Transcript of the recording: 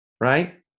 right